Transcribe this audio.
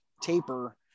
taper